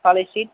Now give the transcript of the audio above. Kaveri street